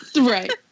Right